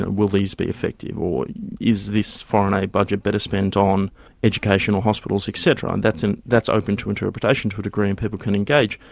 ah will these be effective, or is this foreign aid budget better spent on education hospitals et cetera, and that's and that's open to interpretation to a degree and people can engage.